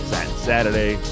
Saturday